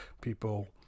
People